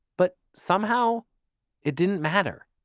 but somehow it didn't matter.